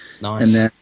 Nice